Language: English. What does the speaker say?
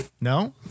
no